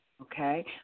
okay